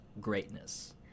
greatness